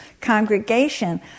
congregation